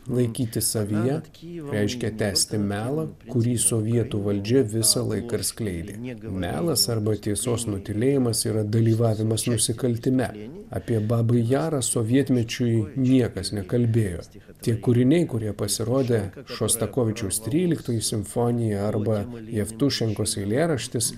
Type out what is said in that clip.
laikyti savyje reiškia tęsti melą kurį sovietų valdžia visą laiką ir skleidė melas arba tiesos nutylėjimas yra dalyvavimas nusikaltime apie babi jarą sovietmečiui niekas nekalbėjo tie kūriniai kurie pasirodė šostakovičiaus tryliktoji simfonija arba jevtušenkos eilėraštis